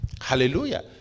Hallelujah